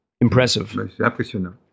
impressive